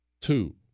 Two